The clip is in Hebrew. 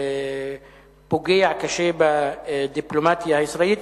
פוגע קשה בדיפלומטיה הישראלית,